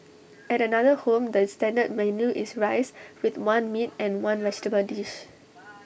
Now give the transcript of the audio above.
at another home the standard menu is rice with one meat and one vegetable dish